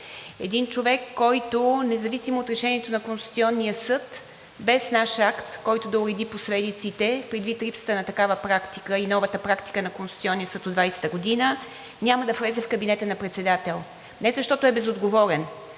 един човек, който независимо от решението на Конституционния съд без наш акт, който да уреди последиците, предвид липсата на такава практика и новата практика на Конституционния съд от 2020 г., няма да влезе в кабинета на председателя не защото е безотговорен,